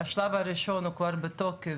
השלב הראשון הוא כבר בתוקף,